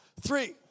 Three